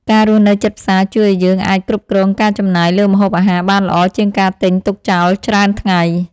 ការរស់នៅជិតផ្សារជួយឱ្យយើងអាចគ្រប់គ្រងការចំណាយលើម្ហូបអាហារបានល្អជាងការទិញទុកចោលច្រើនថ្ងៃ។